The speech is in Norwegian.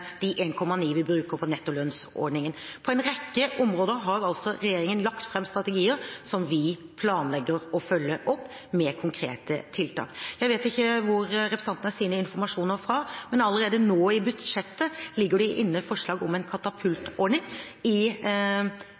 de 1,9 mrd. kr vi bruker på nettolønnsordningen. På en rekke områder har regjeringen lagt fram strategier som vi planlegger å følge opp med konkrete tiltak. Jeg vet ikke hvor representanten har sine informasjoner fra. Men allerede nå i budsjettet foreligger det forslag om en katapultordning til norsk industri, et tiltak i